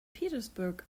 petersburg